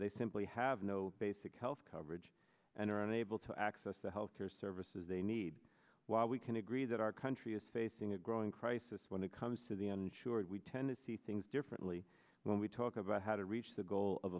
they simply have no basic health coverage and are unable to access the health care services they need while we can agree that our country is facing a growing crisis when it comes to the uninsured we tend to see things differently when we talk about how to reach the goal of